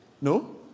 no